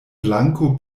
blanko